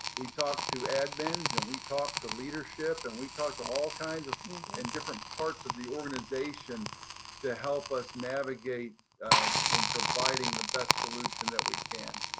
we talked to admins, and we talked to leadership, and we talked to all kinds in different parts of the organization to help us navigate in providing the best solution that we can.